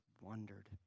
wondered